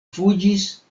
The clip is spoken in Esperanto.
fuĝis